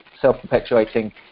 self-perpetuating